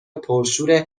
پرشور